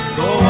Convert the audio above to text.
go